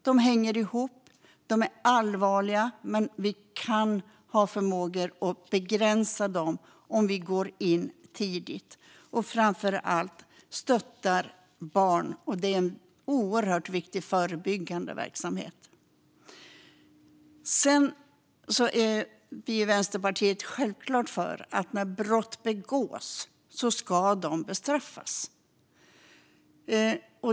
De hänger ihop, men vi har förmåga att begränsa dem om vi går in tidigt. Framför allt ska barn stöttas. Det är oerhört viktig förebyggande verksamhet. Vi i Vänsterpartiet är självklart för att när brott begås ska de bestraffas.